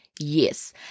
Yes